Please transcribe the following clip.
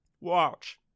Watch